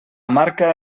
marca